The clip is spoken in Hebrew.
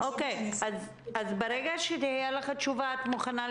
תשלחי לנו הערה בצ'ט ברגע שתהיה לך הערה.